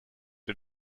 two